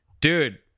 Dude